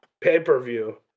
pay-per-view